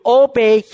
obey